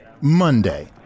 Monday